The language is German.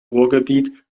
ruhrgebiet